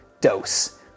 dose